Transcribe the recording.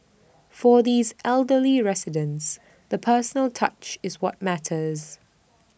for these elderly residents the personal touch is what matters